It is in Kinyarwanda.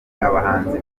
abahanzi